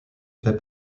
fait